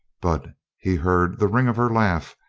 but he heard the ring of her laugh,